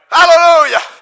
Hallelujah